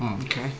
Okay